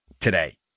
today